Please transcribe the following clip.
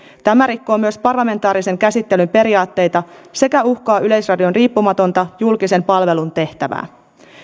tämä rikkoo myös parlamentaarisen käsittelyn periaatteita sekä uhkaa yleisradion riippumatonta julkisen palvelun tehtävää